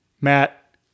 Matt